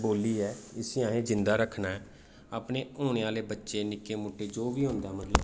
बोल्ली ऐ इसी असें जींदा रक्खना ऐ अपने होने आह्ले बच्चे निक्के मुट्टे जो बी होंदा मतलब